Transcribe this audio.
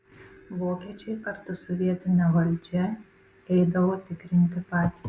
vokiečiai kartu su vietine valdžia eidavo tikrinti patys